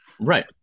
Right